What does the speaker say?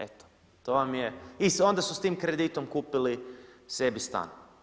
Eto to vam je i onda su s tim kreditom kupili sebi stan.